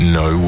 no